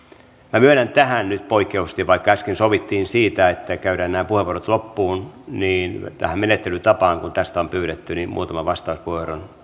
minä myönnän nyt poikkeuksellisesti vaikka äsken sovittiin siitä että käydään nämä puheenvuorot loppuun tähän menettelytapaan kun tästä on pyydetty muutaman vastauspuheenvuoron